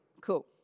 Cool